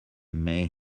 may